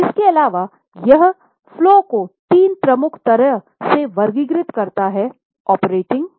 इसके अलावा यह प्रवाह को तीन प्रमुख तरह से वर्गीकृत करता है ऑपरेटिंग